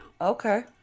Okay